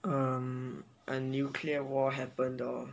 um a nuclear war happen or